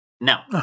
Now